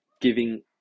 giving